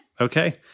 Okay